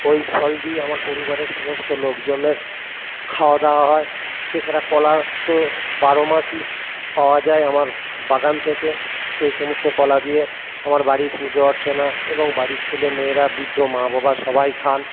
ওই ফল দিয়েই আমার পরিবারের সমস্ত লোকজনের খাওয়া দাওয়া হয় এছাড়া কলার তো বারো মাসই পাওয়া যায় আমার বাগান থেকে সেই সমস্ত কলা দিয়ে আমার বাড়ির পুজো অর্চনা এবং বাড়ির ছেলে মেয়েরা বৃদ্ধ মা বাবা সবাই খান